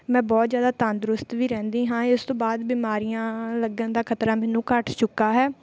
ਮੈਂ ਬਹੁਤ ਜ਼ਿਆਦਾ ਤੰਦਰੁਸਤ ਵੀ ਰਹਿੰਦੀ ਹਾਂ ਇਸ ਤੋਂ ਬਾਅਦ ਬਿਮਾਰੀਆਂ ਲੱਗਣ ਦਾ ਖ਼ਤਰਾ ਮੈਨੂੰ ਘੱਟ ਚੁੱਕਾ ਹੈ